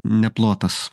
ne plotas